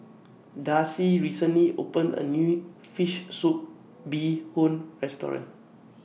Darcie recently opened A New Fish Soup Bee Hoon Restaurant